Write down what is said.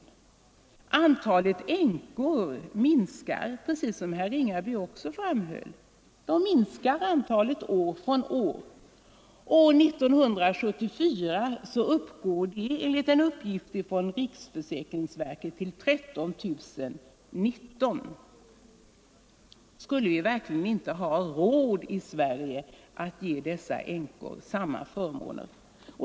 Dessa änkor minskar i antal år från år — det framhöll också herr Ringaby. 1974 uppgår antalet enligt en uppgift från riksförsäkringsverket till 13 019. Skulle vi verkligen inte ha råd i Sverige att ge dessa änkor samma förmåner?